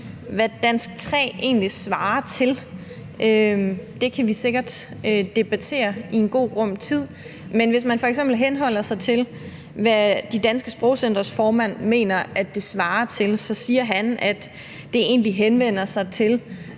hvad dansk 3 egentlig svarer til. Det kan vi sikkert debattere i en god rum tid. Men hvis man f.eks. henholder sig til, hvad De Danske Sprogcentres formand mener at det svarer til, så siger han, at det egentlig henvender sig til